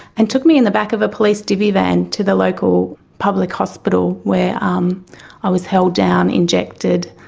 and took me in the back of a police divvy van to the local public hospital where um i was held down, injected,